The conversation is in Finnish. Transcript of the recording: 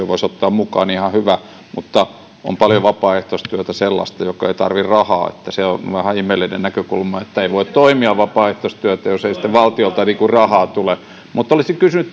voisi ottaa mukaan ihan hyvä mutta on paljon sellaista vapaaehtoistyötä joka ei tarvitse rahaa se on vähän ihmeellinen näkökulma että ei voi toimia vapaaehtoistyössä jos ei sitten valtiolta rahaa tule mutta olisin kysynyt